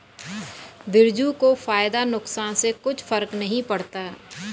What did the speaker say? बिरजू को फायदा नुकसान से कुछ फर्क नहीं पड़ता